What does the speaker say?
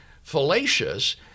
fallacious